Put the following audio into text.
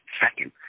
second